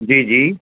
जी जी